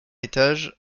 étage